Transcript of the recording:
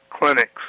clinics